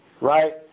right